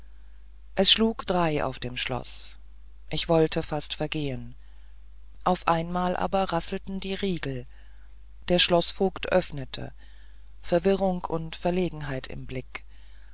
es schlug drei auf dem schloß ich wollte fast vergehen auf einmal aber rasselten die riegel der schloßvogt öffnete verwirrung und verlegenheit im blick